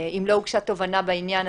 אם לא הוגשה תובענה בעניין,